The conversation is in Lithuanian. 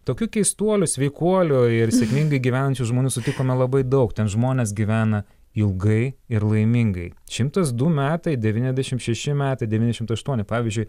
tokių keistuolių sveikuolių ir sėkmingai gyvenančių žmonių sutikome labai daug ten žmonės gyvena ilgai ir laimingai šimtas du metai devyniasdešim šeši metai devyniasdešimt aštuoni pavyzdžiui